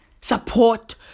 Support